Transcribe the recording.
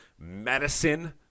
medicine